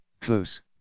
Close